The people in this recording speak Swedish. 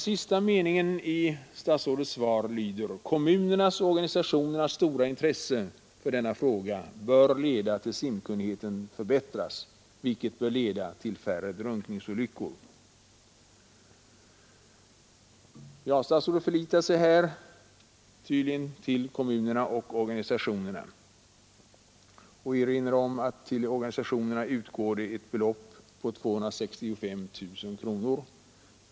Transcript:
Sista meningen i statsrådets svar lyder: ”Kommunernas och organisationernas stora intresse för denna fråga bör leda till att simkunnigheten förbättras, vilket bör leda till färre drunkningsolyckor.” Statsrådet förlitar sig här tydligen till kommunerna och organisationerna och erinrar om att till organisationerna utgår av statsmedel 265 000 kronor.